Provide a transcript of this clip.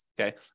okay